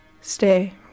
stay